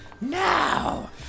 now